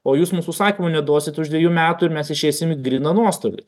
o jūs mums užsakymų neduosit už dviejų metų ir mes išeisim į gryną nuostolį